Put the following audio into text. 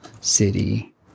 City